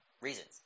reasons